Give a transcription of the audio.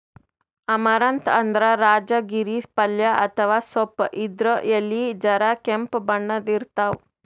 amaranth ಅಂದ್ರ ರಾಜಗಿರಿ ಪಲ್ಯ ಅಥವಾ ಸೊಪ್ಪ್ ಇದ್ರ್ ಎಲಿ ಜರ ಕೆಂಪ್ ಬಣ್ಣದ್ ಇರ್ತವ್